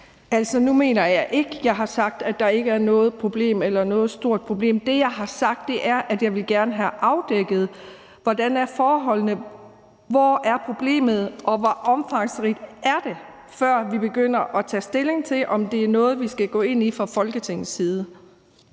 ikke er noget problem eller noget stort problem. Det, jeg har sagt, er, at jeg gerne vil have afdækket, hvor problemet er, og hvor omfangsrigt det er, før vi begynder at tage stilling til, om det er noget, vi skal gå ind i fra Folketingets side.